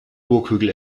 burghügel